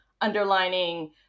underlining